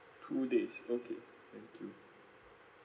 two days okay thank you